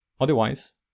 Otherwise